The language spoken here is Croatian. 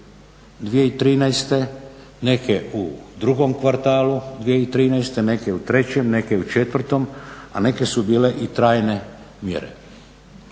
neke u drugom kvartalu 2013., neke u trećem, neke u četvrtom a neke su bile i trajne mjere.